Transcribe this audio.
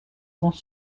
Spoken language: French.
grands